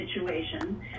situation